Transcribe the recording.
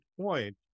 point